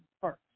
first